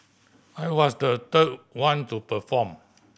I was the third one to perform